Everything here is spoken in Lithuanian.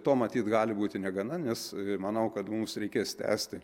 to matyt gali būti negana nes manau kad mums reikės tęsti